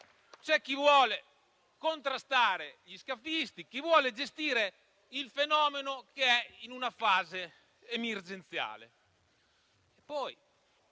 C'è chi vuole contrastare gli scafisti e vuole gestire il fenomeno che è in una fase emergenziale;